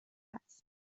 است